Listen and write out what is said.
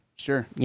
Sure